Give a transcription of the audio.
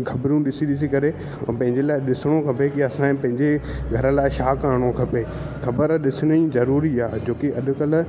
ख़बरियूं ॾिसी ॾिसी करे ऐं पंहिंजे लाइ बि ॾिसणो खपे कि असां पंहिंजे घर लाइ छा करिणो खपे ख़बर ॾिसणी ज़रूरी आहे ज़रूरी आहे अॼुकल्ह